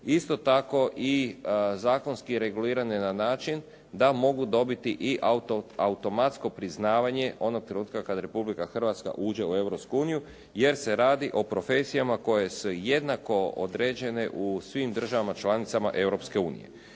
isto tako i zakonski regulirane na način da mogu dobiti i automatsko priznavanje onog trenutka kada Republika Hrvatska uđe u Europsku uniju jer se radi o profesijama koje su jednako određene u svim državama članicama